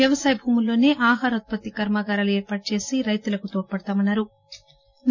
వ్యవసాయ భూముల్లోనే ఆహారోత్పత్తి కర్మాగారాలు ఏర్పాటు చేసి రైతులకు తోడ్పుడుతామని చెప్పారు